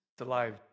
alive